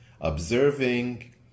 observing